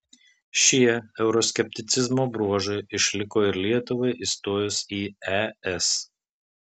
šie euroskepticizmo bruožai išliko ir lietuvai įstojus į es